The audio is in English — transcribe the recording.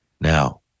Now